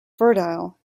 fertile